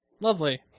Lovely